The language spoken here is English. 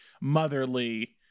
motherly